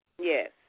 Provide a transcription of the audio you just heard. Yes